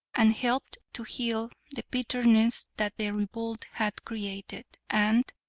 and helped to heal the bitterness that the revolt had created, and,